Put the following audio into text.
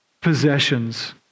possessions